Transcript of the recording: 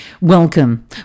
welcome